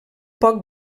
poc